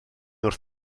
wrth